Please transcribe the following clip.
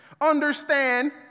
Understand